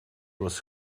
was